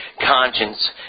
conscience